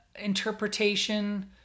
interpretation